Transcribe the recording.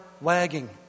wagging